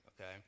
Okay